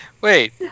wait